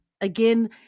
again